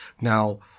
Now